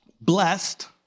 Blessed